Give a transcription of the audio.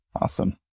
Awesome